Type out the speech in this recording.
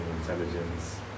intelligence